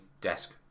desk